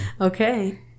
Okay